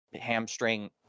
hamstring